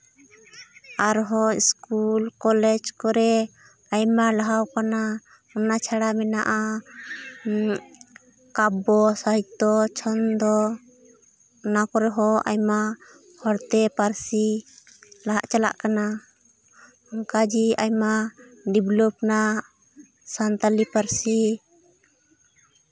ᱟᱨᱦᱚᱸ school college ᱠᱚᱨᱮ ᱟᱭᱢᱟ ᱞᱟᱦᱟᱣᱟᱠᱟᱱᱟ ᱚᱱᱟ ᱪᱷᱟᱲᱟ ᱢᱮᱱᱟᱜᱼᱟ ᱠᱟᱵᱽᱵᱚ ᱥᱟᱦᱤᱛᱛᱚ ᱪᱷᱚᱱᱫᱚ ᱚᱱᱟᱠᱚᱨᱮᱦᱚᱸ ᱟᱭᱢᱟ ᱦᱟᱨᱛᱮ ᱯᱟᱹᱨᱥᱤ ᱞᱟᱦᱟᱜ ᱪᱟᱞᱟᱜ ᱠᱟᱱᱟ ᱚᱱᱠᱟᱜᱮ ᱟᱭᱢᱟ ᱰᱮᱵᱞᱮᱯ ᱮᱱᱟ ᱥᱟᱱᱛᱟᱲᱤ ᱯᱟᱹᱨᱥᱤ